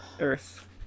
Earth